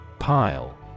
Pile